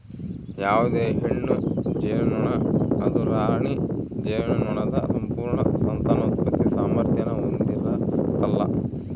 ಯಾವುದೇ ಹೆಣ್ಣು ಜೇನುನೊಣ ಅದು ರಾಣಿ ಜೇನುನೊಣದ ಸಂಪೂರ್ಣ ಸಂತಾನೋತ್ಪತ್ತಿ ಸಾಮಾರ್ಥ್ಯಾನ ಹೊಂದಿರಕಲ್ಲ